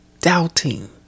doubting